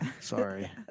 Sorry